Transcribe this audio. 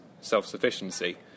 self-sufficiency